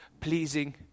pleasing